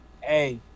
Hey